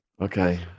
Okay